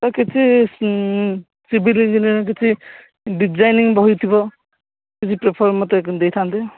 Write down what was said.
sir କିଛି civil engineer କିଛି designing ବହି ଥିବ କିଛି ପ୍ରିଫର୍ ମୋତେ ଦେଇଥାନ୍ତେ